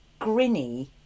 Grinny